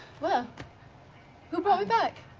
well who brought me back?